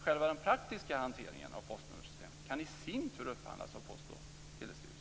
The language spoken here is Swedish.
Själva den praktiska hanteringen av postnummersystemet kan i sin tur upphandlas av Post och Telestyrelsen.